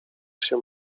się